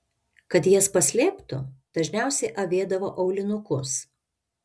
kad jas paslėptų dažniausiai avėdavo aulinukus